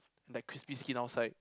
that crispy skin outside